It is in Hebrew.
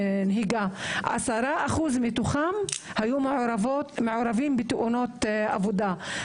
10% מתוכם היו מעורבים בתאונות עבודה.